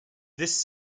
this